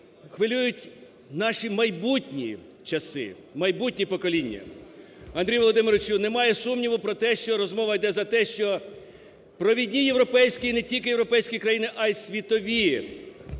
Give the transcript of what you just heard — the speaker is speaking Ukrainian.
хвилюють наші майбутні часи, майбутні покоління. Андрію Володимировичу, немає сумніву про те, що розмова йде за те, що провідні європейські, і не тільки європейські країни, а й світові,